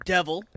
Devil